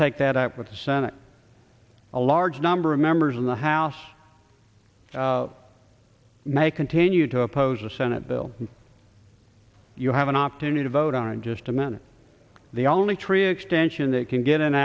take that up with the senate a large number of members in the house may continue to oppose the senate bill you have an opportunity to vote on just a minute the only tree extension that can get